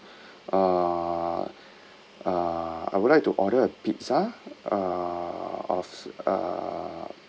uh uh I would like to order a pizza uh of uh